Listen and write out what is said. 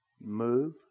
move